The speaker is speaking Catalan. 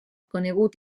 conegut